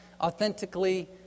authentically